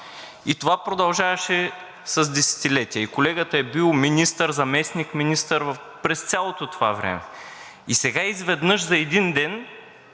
и това продължаваше с десетилетия. Колегата е бил министър, заместник-министър през цялото това време и сега изведнъж за един ден